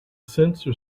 sensor